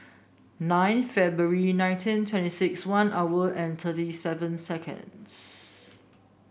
nine February nineteen twenty six one hour and thirty seven seconds